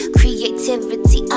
creativity